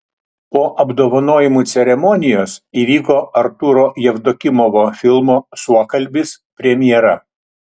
po apdovanojimų ceremonijos įvyko artūro jevdokimovo filmo suokalbis premjera